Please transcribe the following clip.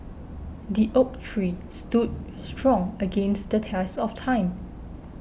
the oak tree stood strong against the test of time